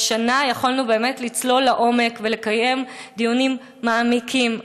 והשנה יכולנו באמת לצלול לעומק ולקיים דיונים מעמיקים,